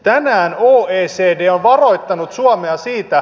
tänään oecd on varoittanut suomea siitä